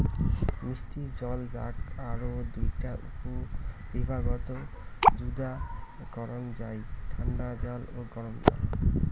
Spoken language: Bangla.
মিষ্টি জল যাক আরও দুইটা উপবিভাগত যুদা করাং যাই ঠান্ডা জল ও গরম জল